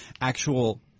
actual